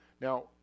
Now